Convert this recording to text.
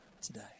today